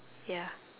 ya